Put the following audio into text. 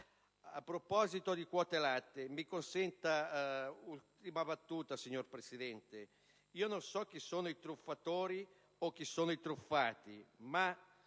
A proposito di quote latte, mi consenta un'ultima battuta, signora Presidente. Io non so chi sono i truffatori o chi sono i truffati, ma,